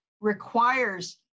requires